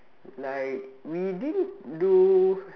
like we didn't do